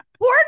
Poor